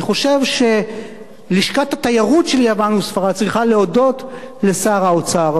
אני חושב שלשכות התיירות של יוון וספרד צריכות להודות לשר האוצר.